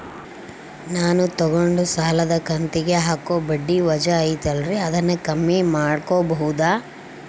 ನಾನು ತಗೊಂಡ ಸಾಲದ ಕಂತಿಗೆ ಹಾಕೋ ಬಡ್ಡಿ ವಜಾ ಐತಲ್ರಿ ಅದನ್ನ ಕಮ್ಮಿ ಮಾಡಕೋಬಹುದಾ?